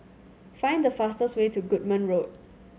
find the fastest way to Goodman Road